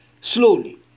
slowly